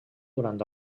durant